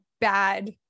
bad